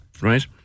right